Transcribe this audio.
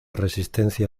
resistencia